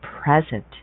present